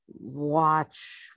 watch